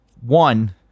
one